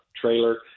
trailer